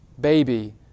baby